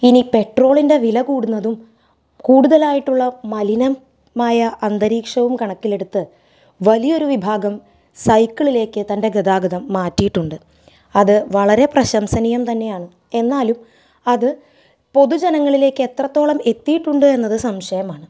ഇനി പെട്രോളിൻ്റെ വില കൂടുന്നതും കൂടുതലായിട്ടുള്ള മലിനമായ അന്തരീക്ഷവും കണക്കിലെടുത്ത് വലിയൊരു വിഭാഗം സൈക്കിളിലേക്ക് തൻ്റെ ഗതാഗതം മാറ്റിയിട്ടുണ്ട് അത് വളരെ പ്രശംസനീയം തന്നെയാണ് എന്നാലും അത് പൊതു ജനങ്ങളിലേക്ക് എത്രത്തോളം എത്തിയിട്ടുണ്ട് എന്നത് സംശയമാണ്